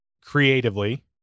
creatively